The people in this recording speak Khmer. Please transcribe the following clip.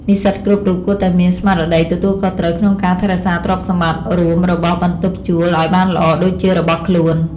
និស្សិតគ្រប់រូបគួរតែមានស្មារតីទទួលខុសត្រូវក្នុងការថែរក្សាទ្រព្យសម្បត្តិរួមរបស់បន្ទប់ជួលឱ្យបានល្អដូចជារបស់ខ្លួន។